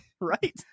right